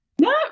No